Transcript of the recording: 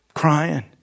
crying